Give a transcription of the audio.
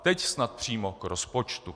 Teď snad přímo k rozpočtu.